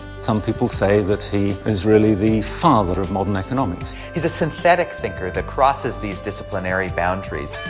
some people say that he is really the father of modern economics. he's a synthetic thinker that crosses these disciplinary boundaries.